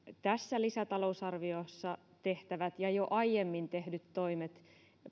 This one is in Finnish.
tässä lisätalousarviossa tehtävät ja jo aiemmin tehdyt toimet